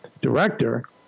director